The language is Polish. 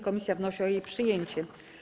Komisja wnosi o jej przyjęcie.